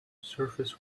surface